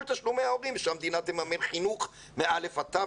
תשלומי ההורים ושהמדינה תממן חינוך מא'-ת',